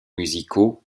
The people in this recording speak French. musicaux